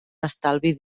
estalvi